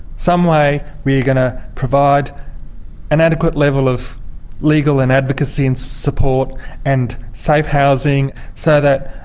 someway we're going to provide an adequate level of legal and advocacy and support and safe housing so that